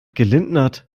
gelindnert